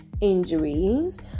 injuries